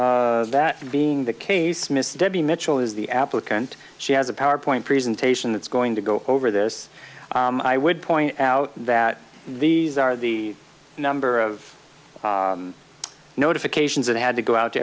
that being the case miss debbie mitchell is the applicant she has a power point presentation that's going to go over this i would point out that these are the number of notifications that had to go out